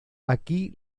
aquí